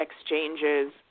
exchanges